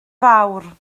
fawr